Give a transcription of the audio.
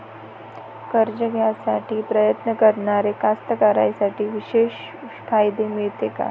कर्ज घ्यासाठी प्रयत्न करणाऱ्या कास्तकाराइसाठी विशेष फायदे मिळते का?